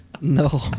No